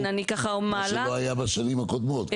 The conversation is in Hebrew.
מה שלא היה בשנים קודמות.